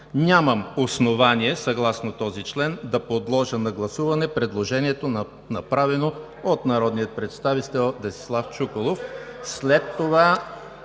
Няма основание съгласно този член да подложа на гласуване предложението, направено от народния представител Десислав Чуколов.